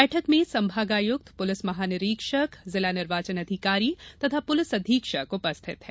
बैठक में संभागायुक्त पुलिस महानिरीक्षक जिला निर्वाचन अधिकारी तथा पुलिस अधीक्षक उपस्थित हैं